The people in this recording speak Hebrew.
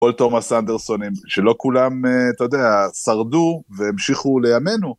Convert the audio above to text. כל תומאס אנדרסונים, שלא כולם, אתה יודע, שרדו והמשיכו לימינו.